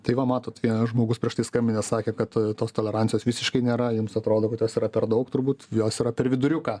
tai va matot vienas žmogus prieš tai skambinęs sakė kad tos tolerancijos visiškai nėra jums atrodo kad jos yra per daug turbūt jos yra per viduriuką